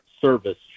service